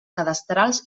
cadastrals